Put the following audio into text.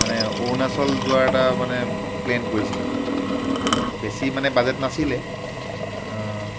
মানে অৰুণাচল যোৱাৰ এটা মানে প্লেন কৰিছিলোঁ বেছি মানে বাজেট নাছিলে